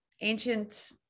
ancient